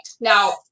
Now